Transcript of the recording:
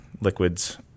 liquids